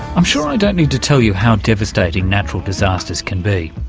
i'm sure i don't need to tell you how devastating natural disasters can be.